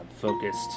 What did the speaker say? focused